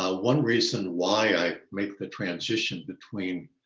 ah one reason why i make the transition between